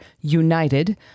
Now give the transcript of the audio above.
united